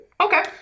Okay